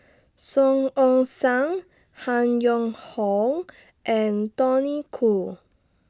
Song Ong Siang Han Yong Hong and Tony Khoo